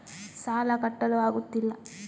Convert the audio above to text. ಸಾಲ ಕಟ್ಟಲು ಆಗುತ್ತಿಲ್ಲ